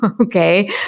okay